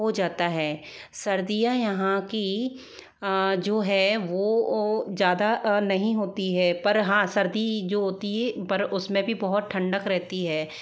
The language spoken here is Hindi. हो जाता है सर्दियाँ यहाँ की जो है वो ज़्यादा नहीं होती है पर हाँ सर्दी जो होती है पर उसमे भी बहुत ठंडक रहती है